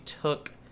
took